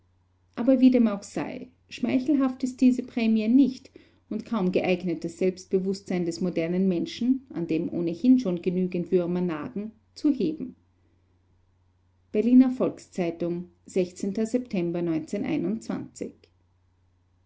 aber wie dem auch sei schmeichelhaft ist diese prämie nicht und kaum geeignet das selbstbewußtsein des modernen menschen an dem ohnehin schon genügend würmer nagen zu heben berliner volks-zeitung